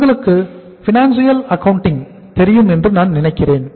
உங்களுக்கு financial accounting தெரியும் என்று நான் கருதுகிறேன்